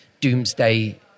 doomsday